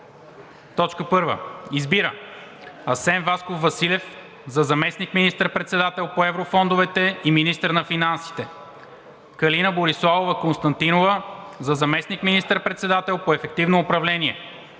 РЕШИ: 1. Избира: Асен Васков Василев – за заместник министър председател по еврофондовете и министър на финансите; Калина Бориславова Константинова – за заместник министър председател по ефективно управление;